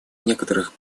некоторых